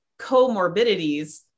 comorbidities